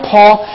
Paul